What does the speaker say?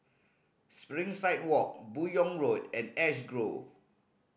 Springside Walk Buyong Road and Ash Grove